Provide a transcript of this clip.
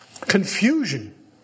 Confusion